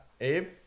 Abe